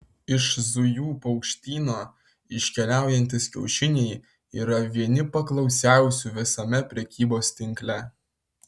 iš zujų paukštyno iškeliaujantys kiaušiniai yra vieni paklausiausių visame prekybos tinkle